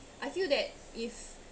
I feel that if